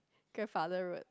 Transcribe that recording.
grandfather road